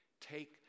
take